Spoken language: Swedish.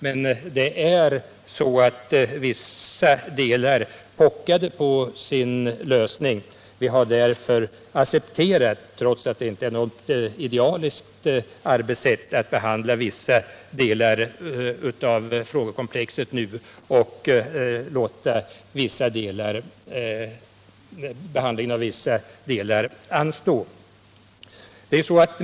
Men vissa delar pockade på sin lösning, och vi har därför — trots att det inte är något idealiskt arbetssätt — accepterat att behandla vissa delar av frågekomplexet nu och låta behandlingen av vissa delar anstå.